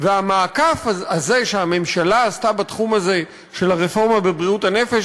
והמעקף הזה שהממשלה עשתה בתחום הזה של הרפורמה בבריאות הנפש,